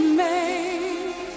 make